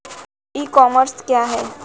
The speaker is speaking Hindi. ई कॉमर्स क्या है?